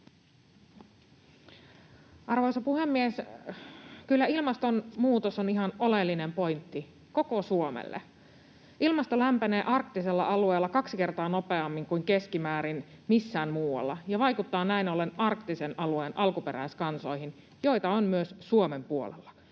Arvoisa puhemies! Kyllä ilmastonmuutos on ihan oleellinen pointti koko Suomelle. Ilmasto lämpenee arktisella alueella kaksi kertaa nopeammin kuin keskimäärin missään muualla ja vaikuttaa näin ollen arktisen alueen alkuperäiskansoihin, joita on myös Suomen puolella,